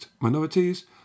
minorities